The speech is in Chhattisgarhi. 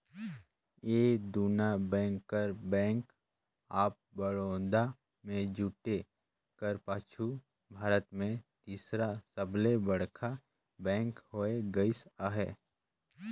ए दुना बेंक कर बेंक ऑफ बड़ौदा में जुटे कर पाछू भारत में तीसर सबले बड़खा बेंक होए गइस अहे